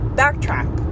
backtrack